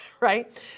Right